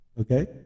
Okay